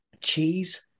Cheese